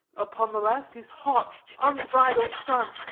upon the left his hot unbridled son,